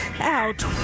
Out